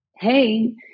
Hey